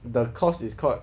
the course is called